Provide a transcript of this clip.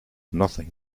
nothing